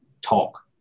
talk